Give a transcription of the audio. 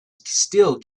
still